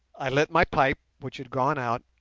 i lit my pipe, which had gone out,